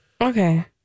Okay